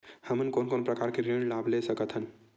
हमन कोन कोन प्रकार के ऋण लाभ ले सकत हन?